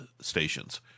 stations